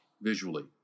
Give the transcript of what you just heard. visually